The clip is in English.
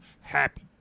happy